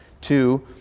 Two